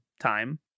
time